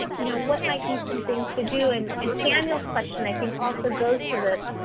you know what might be some things to do? and and samuel's question, i think, also goes to this.